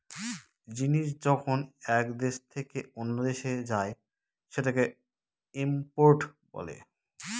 জিনিস যখন এক দেশ থেকে অন্য দেশে যায় সেটাকে ইম্পোর্ট বলে